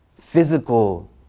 physical